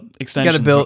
extensions